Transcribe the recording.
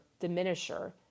diminisher